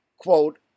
quote